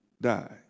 die